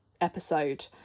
episode